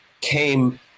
came